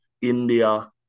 India